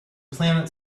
planet